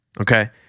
Okay